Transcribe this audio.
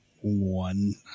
one